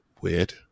weird